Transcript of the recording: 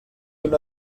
una